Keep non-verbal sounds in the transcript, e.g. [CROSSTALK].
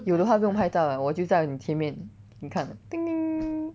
有的话不用拍照了我就在你前面你看 [NOISE]